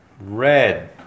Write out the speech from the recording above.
Red